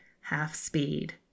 half-speed